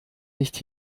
nicht